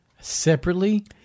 separately